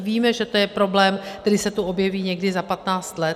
Víme, že to je problém, který se tu objeví někdy za 15 let.